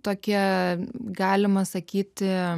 tokie galima sakyti